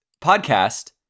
podcast